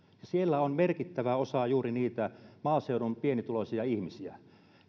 siellä on merkittävä osa juuri niitä maaseudun pienituloisia ihmisiä